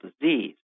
disease